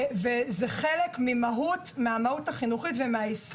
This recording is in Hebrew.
זה חלק מהמהות החינוכית ומהיישום.